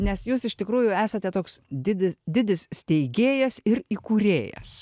nes jūs iš tikrųjų esate toks didis didis steigėjas ir įkūrėjas